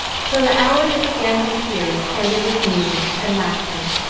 so the hour that began with tears ended with music and laughter,